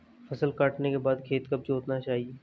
फसल काटने के बाद खेत कब जोतना चाहिये?